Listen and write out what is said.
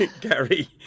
Gary